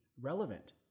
relevant